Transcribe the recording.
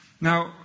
Now